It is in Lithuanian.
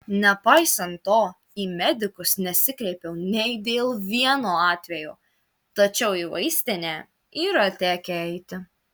nepaisant to į medikus nesikreipiau nei dėl vieno atvejo tačiau į vaistinę yra tekę eiti